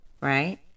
right